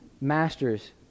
masters